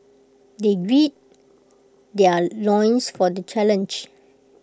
they gird their loins for the challenge